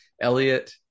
Elliot